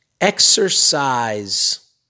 exercise